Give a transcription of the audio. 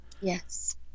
yes